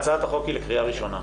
הצעת החוק היא לקריאה ראשונה.